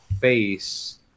face